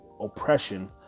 oppression